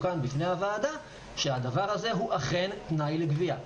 כאן בפני הוועדה שהדבר הזה הוא אכן תנאי לגבייה.